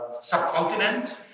subcontinent